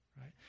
right